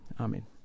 Amen